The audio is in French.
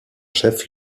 chef